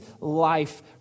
life